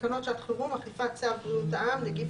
(4)תקנות שעת חירום (אכיפת צו בריאות העם (נגיף